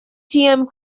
atm